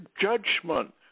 judgment